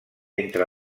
entre